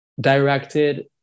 directed